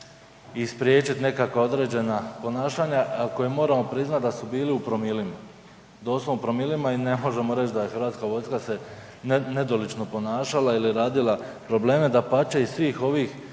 i spriječiti nekakva određena ponašanja, ako je morao prozvati da su bili u promilima, doslovno u promilima i ne možemo reći da je Hrvatska vojska se nedolično ponašala ili radila probleme, dapače iz svih ovih